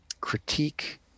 critique